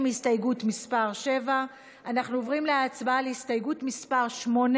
עם הסתייגות מס' 7. אנחנו עוברים להצבעה על הסתייגות מס' 8,